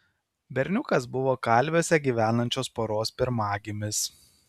berniukas buvo kalviuose gyvenančios poros pirmagimis